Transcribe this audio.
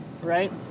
Right